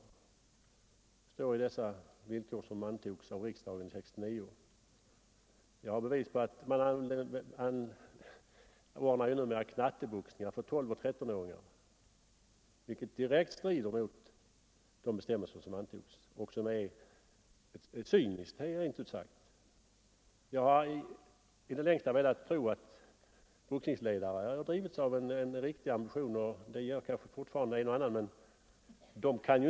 Den står i de villkor som antogs av riksdagen 1969. mot bestämmelserna och rent ut sagt är cyniskt. Jag har i det längsta velat tro att boxningsledare har drivits av en riktig ambition, och det har kanske en och annan fortfarande.